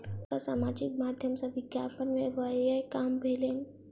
हुनका सामाजिक माध्यम सॅ विज्ञापन में व्यय काम भेलैन